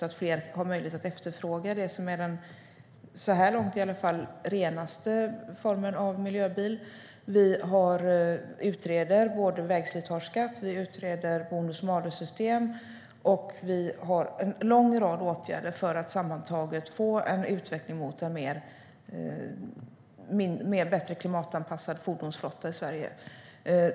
Då får fler möjlighet att efterfråga det som är den renaste - så här långt i alla fall - formen av miljöbil. Vi utreder vägslitageskatt. Och vi utreder bonus-malus-system. Vi har en lång rad åtgärder för att sammantaget få en utveckling mot en bättre klimatanpassad fordonsflotta i Sverige.